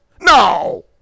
No